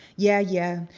yeah, yeah,